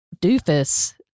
doofus